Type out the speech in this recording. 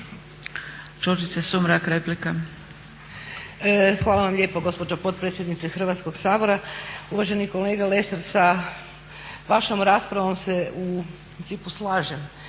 **Sumrak, Đurđica (HDZ)** Hvala vam lijepo gospođo potpredsjednice Hrvatskog sabora. Uvaženi kolega Lesar sa vašom raspravom se u principu slažem.